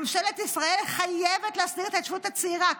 ממשלת ישראל חייבת להסדיר את ההתיישבות הצעירה.